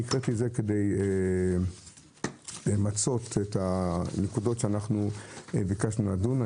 הקראתי את זה כדי למצות את הנקודות שאנחנו ביקשנו לדון בהן.